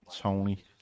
Tony